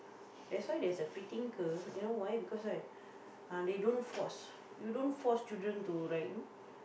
that's why there's a free thinker you know why because right ah they don't force you don't force children to like you know